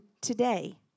today